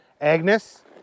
Agnes